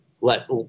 let